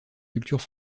cultures